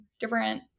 different